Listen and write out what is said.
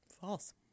False